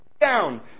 down